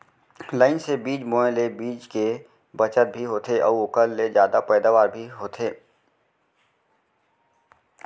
line से बीज बोए ले बीच के बचत भी होथे अउ ओकर ले जादा पैदावार भी होथे